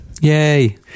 Yay